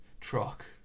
truck